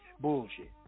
Bullshit